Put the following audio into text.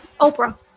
Oprah